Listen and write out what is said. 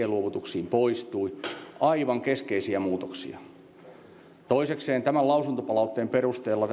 luovutuksissa aivan keskeisiä muutoksia toisekseen tämän lausuntopalautteen perusteella